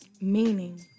meaning